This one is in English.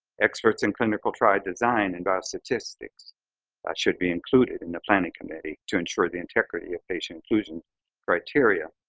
experts in clinical trial design and biostatistics, that should be included in the planning committee to ensure the integrity of patient inclusion criteria.